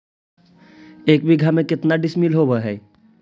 एक बीघा में केतना डिसिमिल होव हइ?